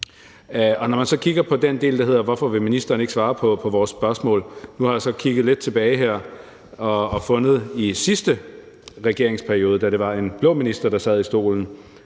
Man kan så kigge på den del, der handler om, hvorfor ministeren ikke vil svare på vores spørgsmål, og nu har jeg så her kigget lidt tilbage til sidste regeringsperiode, da det var en blå minister, der sad i stolen,